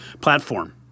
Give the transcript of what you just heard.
platform